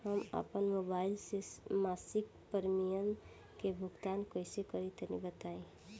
हम आपन मोबाइल से मासिक प्रीमियम के भुगतान कइसे करि तनि बताई?